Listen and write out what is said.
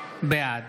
בעד